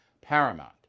paramount